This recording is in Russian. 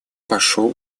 пошел